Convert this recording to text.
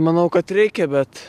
manau kad reikia bet